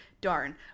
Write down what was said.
darn